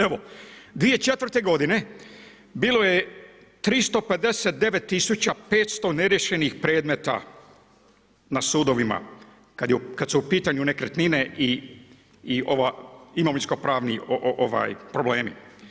Evo, 2004. bilo je 359500 neriješenih predmeta na sudovima, kad su u pitanju nekretnine i imovinsko-pravni problemi.